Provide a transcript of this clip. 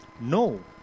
No